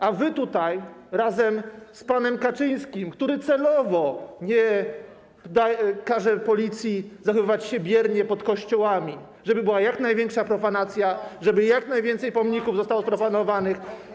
A wy tutaj, razem z panem Kaczyńskim, który celowo każe Policji zachowywać się biernie pod kościołami, żeby była jak największa profanacja, żeby jak najwięcej pomników zostało sprofanowanych.